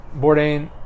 Bourdain